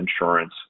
insurance